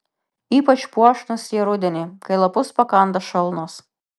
ypač puošnūs jie rudenį kai lapus pakanda šalnos